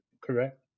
correct